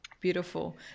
Beautiful